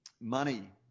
money